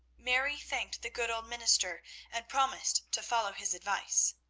mary thanked the good old minister and promised to follow his advice.